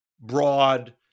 broad